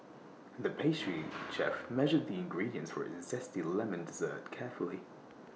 the pastry chef measured the ingredients for A Zesty Lemon Dessert carefully